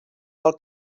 del